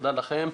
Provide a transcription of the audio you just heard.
תודה לכם.